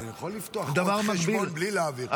אני יכול לפתוח עוד חשבון בלי להעביר,